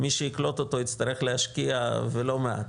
מי שיקלוט אותו יצטרך להשקיע, ולא מעט.